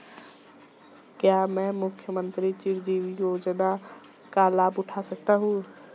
क्या मैं मुख्यमंत्री चिरंजीवी योजना का लाभ उठा सकता हूं?